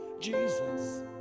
Jesus